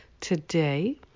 today